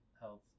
health